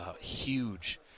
huge